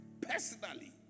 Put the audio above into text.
personally